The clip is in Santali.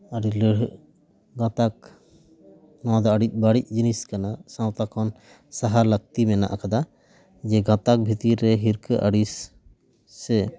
ᱟᱹᱰᱤ ᱞᱟᱹᱲᱦᱟᱹᱭ ᱜᱟᱛᱟᱠ ᱱᱚᱣᱟ ᱫᱚ ᱟᱹᱰᱤ ᱵᱟᱹᱲᱡ ᱡᱤᱱᱤᱥ ᱠᱟᱱᱟ ᱥᱟᱶᱛᱟ ᱠᱷᱚᱱ ᱥᱟᱦᱟ ᱞᱟᱹᱠᱛᱤ ᱢᱮᱱᱟᱜ ᱟᱠᱟᱫᱟ ᱡᱮ ᱜᱟᱛᱟᱠ ᱵᱷᱤᱛᱤᱨ ᱨᱮ ᱦᱤᱨᱠᱟᱹ ᱟᱹᱲᱤᱥ ᱥᱮ